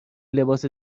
لباس